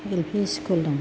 L P school दं